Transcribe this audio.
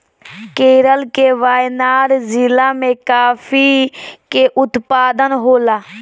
केरल के वायनाड जिला में काफी के उत्पादन होला